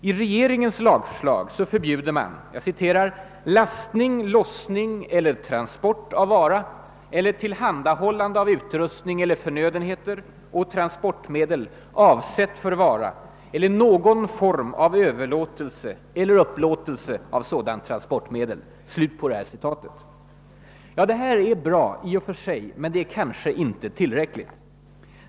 I regeringens lagförslag förbjuder man »lastning, lossning eller transport av vara eller tillhandahållande av transportmedel eller av utrustning eller förnödenheter för transport». Detta är bra i och för sig men kanske inte tillräckligt.